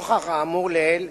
נוכח האמור לעיל,